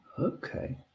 okay